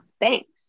Thanks